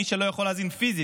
מי שלא יכול להזין פיזית,